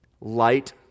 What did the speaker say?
light